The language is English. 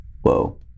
whoa